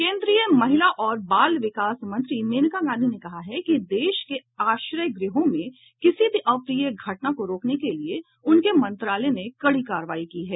केन्द्रीय महिला और बाल विकास मंत्री मेनका गांधी ने कहा है कि देश के आश्रय गृहों में किसी भी अप्रिय घटना को रोकने के लिए उनके मंत्रालय ने कड़ी कार्रवाई की है